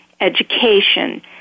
education